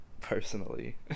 personally